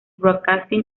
broadcasting